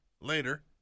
Later